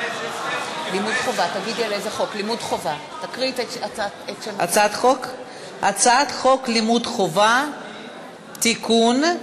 אנחנו מצביעים על הצעת חוק לימוד חובה (תיקון,